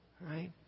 right